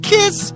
Kiss